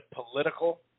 political